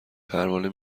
پروانه